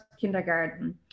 kindergarten